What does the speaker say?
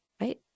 right